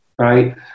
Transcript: right